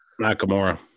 Nakamura